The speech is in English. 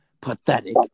pathetic